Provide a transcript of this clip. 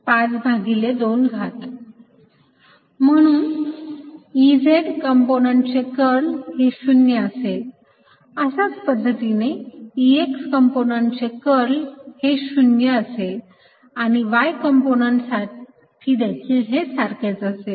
म्हणून Ez component चे curl हे 0 असेल अशाच पद्धतीने Ex कंपोनंट चे कर्ल हे 0 असेल आणि y कंपोनंट साठी देखील हे सारखेच असेल